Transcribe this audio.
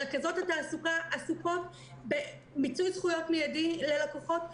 רכזות התעסוקה עסוקות במיצוי זכויות מיידי ללקוחות,